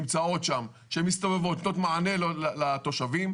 שמסתובבות שם ונותנות מענה לתושבים,